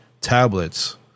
tablets